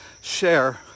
share